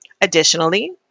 Additionally